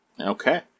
Okay